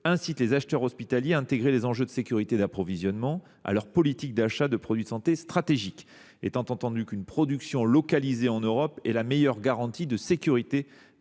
incite les acheteurs hospitaliers à intégrer les enjeux de sécurité d’approvisionnement à leur politique d’achat de produits de santé stratégiques, étant entendu qu’une production localisée en Europe est la meilleure garantie de la sécurité